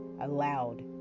allowed